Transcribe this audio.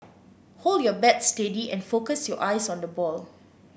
hold your bat steady and focus your eyes on the ball